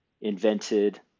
invented